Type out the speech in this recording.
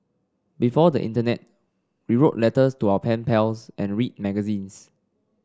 before the internet we wrote letters to our pen pals and read magazines